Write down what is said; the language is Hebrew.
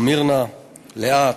ומירנה לאה,